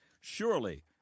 surely